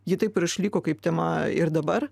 ji taip ir išliko kaip tema ir dabar